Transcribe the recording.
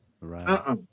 Right